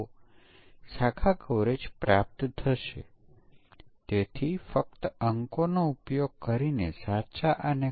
તેથી સમાનતા પરીક્ષણ માટે આપણે ફક્ત એક મૂલ્ય ધ્યાનમાં લઈએ છીએ